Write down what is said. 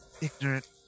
ignorant